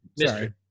Sorry